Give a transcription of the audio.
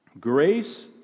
Grace